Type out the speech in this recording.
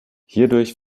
hierdurch